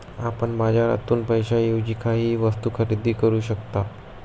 आपण बाजारातून पैशाएवजी काहीही वस्तु खरेदी करू शकता